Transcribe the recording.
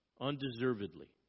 undeservedly